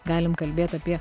galim kalbėt apie